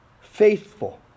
faithful